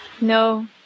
No